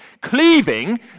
Cleaving